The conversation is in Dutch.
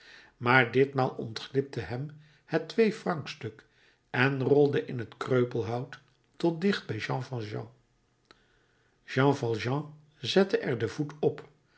maar ditmaal ontglipte hem het tweefrancstuk en rolde in het kreupelhout tot dicht bij jean valjean jean valjean zette er den voet op